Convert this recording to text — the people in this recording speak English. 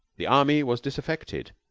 the army was disaffected,